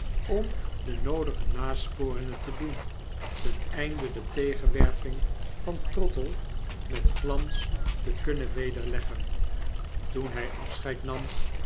zouhebbenom de noodige nasporingen te doen ten einde de tegenwerping van trottle met glans te kunnen wederleggen toen hy afscheid nam